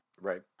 right